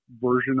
version